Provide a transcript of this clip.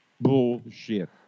Bullshit